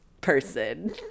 person